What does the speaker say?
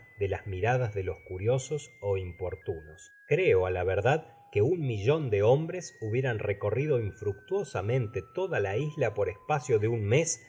de las miradas de los curiosos ó importunos creo á la verdad que un millon de hombres hubieran recorrido infructuosamente toda la isla por espacio de un mes